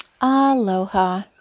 Aloha